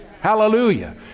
Hallelujah